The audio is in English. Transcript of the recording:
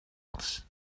else